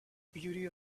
beauty